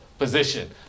Position